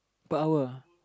power